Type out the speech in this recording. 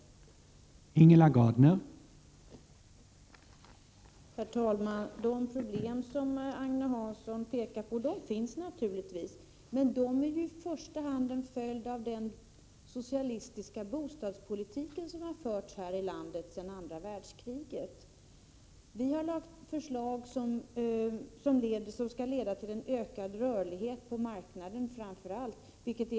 31 maj 1988